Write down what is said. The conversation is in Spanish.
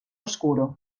oscuro